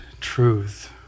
truth